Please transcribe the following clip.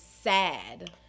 sad